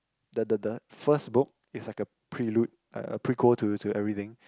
the the the first book is like a prelude uh prequel to to everything